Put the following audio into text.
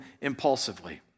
impulsively